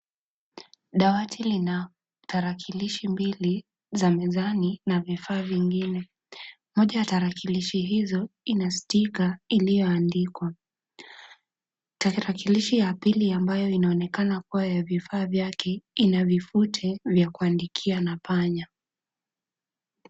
Dawati lina tarakilishi mbili za mezani na vifaa vingine. Moja ya tarakilishi hizo ina sticker iliyoandikwa. Tarakilishi ya pili ambayo inaonekana kuwa ya vifaa vyake ina vifute vya kuandikia na panya.